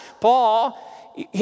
Paul